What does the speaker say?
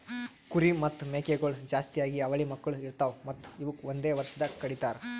ಕುರಿ ಮತ್ತ್ ಮೇಕೆಗೊಳ್ ಜಾಸ್ತಿಯಾಗಿ ಅವಳಿ ಮಕ್ಕುಳ್ ಇರ್ತಾವ್ ಮತ್ತ್ ಇವುಕ್ ಒಂದೆ ವರ್ಷದಾಗ್ ಕಡಿತಾರ್